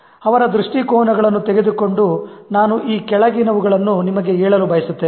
ಅವರ ದೃಷ್ಟಿಕೋನಗಳನ್ನು ತೆಗೆದುಕೊಂಡು ನಾನು ಈ ಕೆಳಗಿನವುಗಳನ್ನು ನಿಮಗೆ ಹೇಳಲು ಬಯಸುತ್ತೇನೆ